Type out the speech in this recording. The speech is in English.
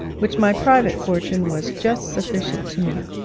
which my private fortune was just sufficient to meet.